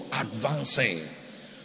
advancing